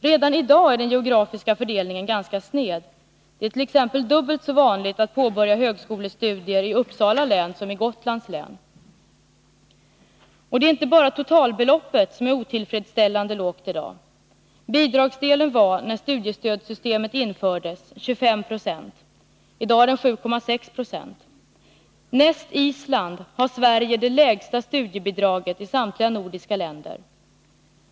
Redan i dag är den geografiska fördelningen ganska sned; det är t.ex. dubbelt så vanligt att påbörja högskolestudier i Uppsala län som i Gotlands län. Det är inte bara totalbeloppet som är otillfredsställande lågt i dag. Bidragsdelen var, när studiestödssystemet infördes, 25 Jo. I dag är den 7,6 70. Näst Island har Sverige det lägsta studiebidraget i samtliga nordiska länder.